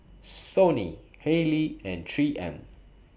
Sony Haylee and three M